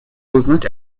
узнать